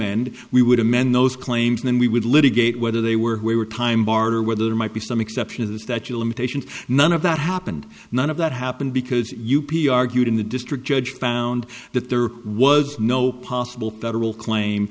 amend we would amend those claims then we would litigate whether they were time barter or whether there might be some exceptions that you limitations none of that happened none of that happened because you p r good in the district judge found that there was no possible federal claim